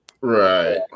right